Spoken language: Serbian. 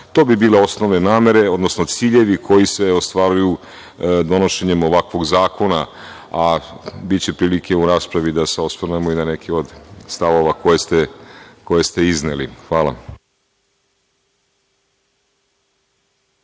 To bi bile osnove namere, odnosno ciljevi koji se ostvaruju donošenjem ovakvog zakona, a biće prilike u raspravi da se osvrnemo i neke od stavova koje ste izneli. Hvala.